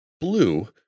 blue